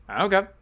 okay